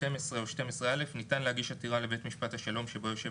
12 או 12א ניתן להגיש עתירה לבית משפט השלום שבו יושב